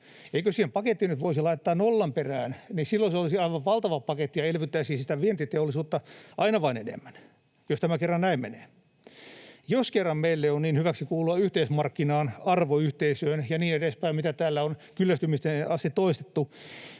Eikö siihen pakettiin nyt voisi laittaa nollan perään, niin silloin se olisi aivan valtava paketti ja elvyttäisi sitä vientiteollisuutta aina vain enemmän, jos tämä kerran näin menee? Jos kerran meille on niin hyväksi kuulua yhteismarkkinaan, arvoyhteisöön ja niin edespäin, mitä täällä on kyllästymiseen asti toistettu,